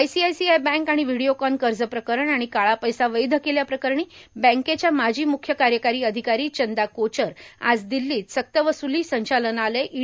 ICICI bank आणि Videocon कर्ज प्रकरण आणि काळा पैसा वैध केल्याप्रकरणी बँकेच्या माजी म्ख्य कार्यकारी अधिकारी चंदा कोचर आज दिल्लीत सक्तवसूली संचालनालय ई